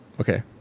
Okay